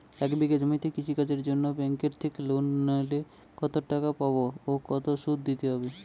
এক বিঘে জমিতে কৃষি কাজের জন্য ব্যাঙ্কের থেকে লোন নিলে কত টাকা পাবো ও কত শুধু দিতে হবে?